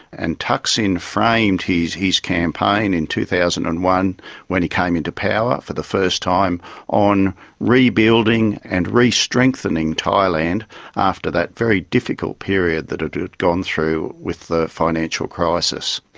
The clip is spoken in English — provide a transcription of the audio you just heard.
and thaksin framed his his campaign in two thousand and one when he came into power for the first time on rebuilding and re-strengthening thailand after that very difficult period that it had gone through with the financial crisis.